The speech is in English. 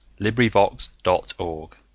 LibriVox.org